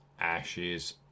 Ashes